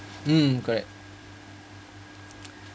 mm correct